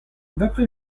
d’après